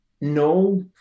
no